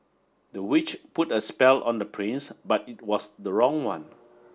the witch put a spell on the prince but it was the wrong one